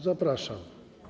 Zapraszam.